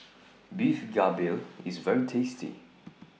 Beef Galbi IS very tasty